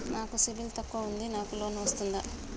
నాకు సిబిల్ తక్కువ ఉంది నాకు లోన్ వస్తుందా?